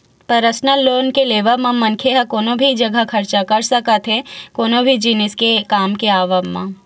personal loan के लेवब म मनखे ह कोनो भी जघा खरचा कर सकत हे कोनो भी जिनिस के काम के आवब म